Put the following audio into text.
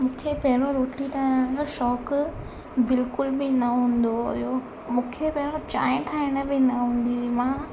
मूंखे पहिरों रोटी ठाहिण जो शौक़ु बिल्कुलु बि न हूंदो हुओ मूंखे पहिरों चांहि ठाहिण बि न ईंदी हुई मां